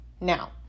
Now